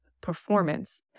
performance